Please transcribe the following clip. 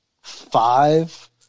five